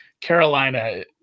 Carolina